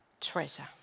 treasure